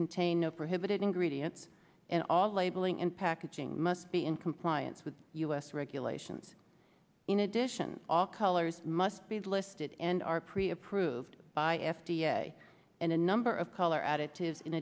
contain no prohibited ingredients in all labeling and packaging must be in compliance with u s regulations in addition all colors must be listed and are pre approved by f d a and in amber of color additives in